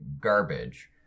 garbage